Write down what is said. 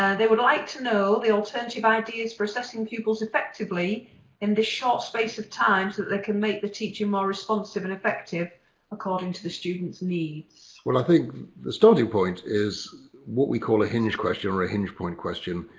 they would like to know the alternative ideas for assessing pupils effectively in this short space of time, so that they can make the teaching more responsive and effective according to the students' needs. dylan well, i think the starting point is what we call a hinge question or a hinge point question.